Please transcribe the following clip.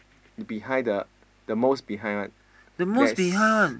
behind the the most behind there's